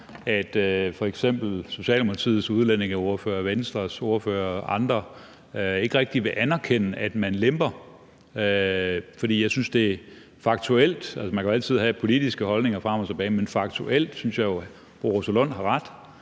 at f.eks. Socialdemokratiets udlændingeordfører, Venstres ordfører og andre ikke rigtig vil anerkende, at man lemper på det her område? For jeg synes, det er faktuelt. Altså, man kan jo altid have politiske holdninger frem og tilbage, men faktuelt synes jeg jo at fru Rosa Lund har ret.